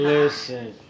Listen